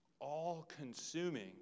all-consuming